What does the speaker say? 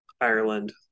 Ireland